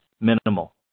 minimal